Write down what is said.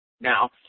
Now